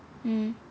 mm